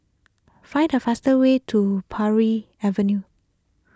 find the fastest way to Paris Avenue